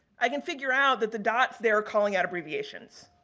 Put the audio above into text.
i can figure out that the dots there are calling out abbreviations.